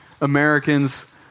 Americans